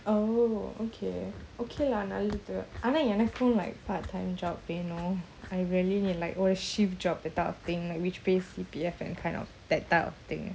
oh okay okay lah ஆனாஎனக்கு:ana enaku like part time job you know I really need like or a shift job that type of thing like which pay C_P_F and kind of that type of thing